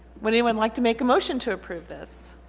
would anyone like to make a motion to approve this?